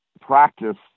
practice